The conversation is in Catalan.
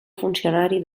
funcionari